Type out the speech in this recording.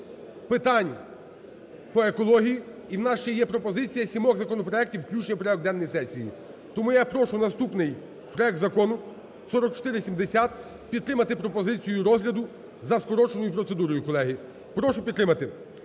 питань по екології. І у нас ще є пропозиція сімох законопроектів включення в порядок денний сесії. Тому я прошу, наступний проект Закону 4470, підтримати пропозицію розгляду за скороченою процедурою, колеги. Прошу підтримати